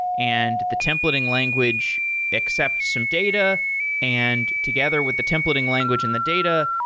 and the templating language accepts some data and together with the templating language and the data,